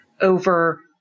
over